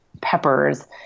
peppers